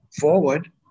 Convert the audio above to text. forward